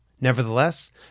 Nevertheless